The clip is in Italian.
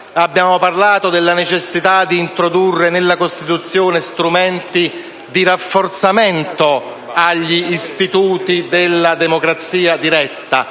partecipativa, della necessità di introdurre nella Costituzione strumenti di rafforzamento degli istituti della democrazia diretta